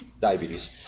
diabetes